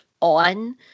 on